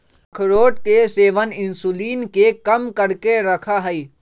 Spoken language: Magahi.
अखरोट के सेवन इंसुलिन के कम करके रखा हई